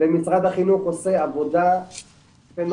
ומשרד החינוך עושה עבודה פנומנלית,